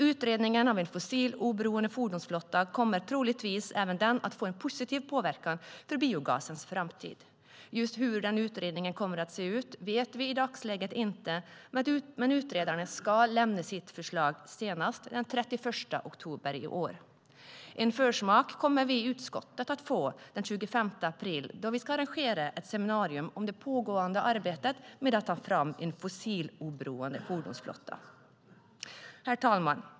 Utredningen om en fossiloberoende fordonsflotta kommer troligtvis även den att få en positiv påverkan på biogasens framtid. Just hur denna utredning kommer att se ut vet vi i dagsläget inte, men utredarna ska lämna sitt förslag senast den 31 oktober i år. En försmak kommer vi i utskottet att få den 25 april, då vi ska arrangera ett seminarium om det pågående arbetet med att ta fram en fossiloberoende fordonsflotta. Herr talman!